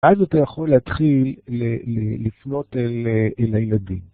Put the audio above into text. אז אתה יכול להתחיל לפנות אל הילדים.